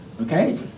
Okay